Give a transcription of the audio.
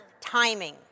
Timing